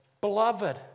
Beloved